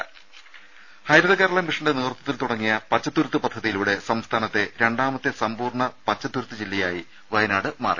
രുമ ഹരിത കേരള മിഷന്റെ നേതൃത്വത്തിൽ തുടങ്ങിയ പച്ചത്തുരുത്ത് പദ്ധതിയിലൂടെ സംസ്ഥാനത്തെ രണ്ടാമത്തെ സമ്പൂർണ്ണ പച്ചത്തുരുത്ത് ജില്ലയായി വയനാട് മാറി